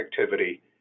activity